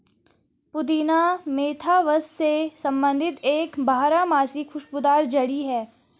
पुदीना मेंथा वंश से संबंधित एक बारहमासी खुशबूदार जड़ी है